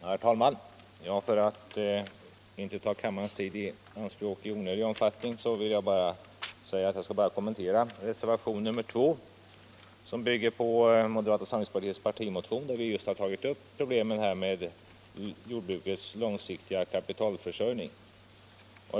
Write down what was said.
Herr talman! För att inte ta kammarens tid i anspråk i onödig omfattning skall jag bara kommentera reservation nr 2, som bygger på moderata samlingspartiets partimotion om jordbrukets långsiktiga kapitalförsörjning.